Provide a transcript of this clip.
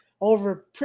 over